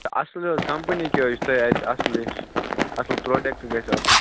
اَصٕل حظ کَمپٔنی کیٛاہ حظ چھِ تۄہہِ اَتہِ اَصٕل ہِش اَصٕل پرٛوڈکٹہٕ گژھِ آسُن